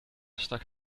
stak